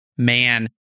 Man